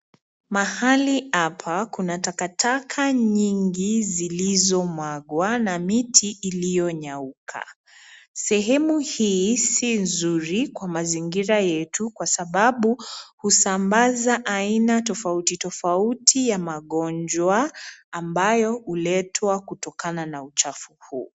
Mahali hapa kuna takataka nyingi zilizomwagwa na miti iliyonyauka. Sehemu hii si nzuri kwa mazingira yetu kwa sababu husambaza aina tofauti, tofauti ya magonjwa ambayo huletwa kutokana na uchafu huu.